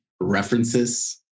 references